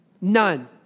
None